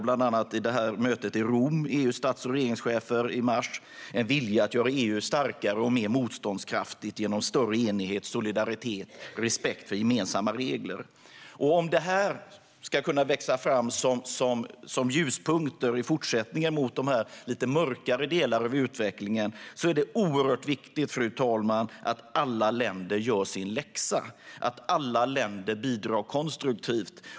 Vid mötet i Rom i mars tillkännagav EU:s stats och regeringschefer en vilja att göra EU starkare och mer motståndskraftigt genom större enighet, solidaritet och respekt för gemensamma regler. Om detta ska kunna växa fram som ljuspunkter i fortsättningen är det oerhört viktigt att alla länder gör sin läxa och att alla länder bidrar konstruktivt.